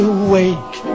awake